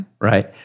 Right